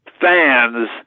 fans